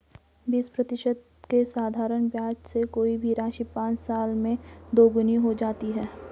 बीस प्रतिशत के साधारण ब्याज से कोई भी राशि पाँच साल में दोगुनी हो जाती है